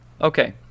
Okay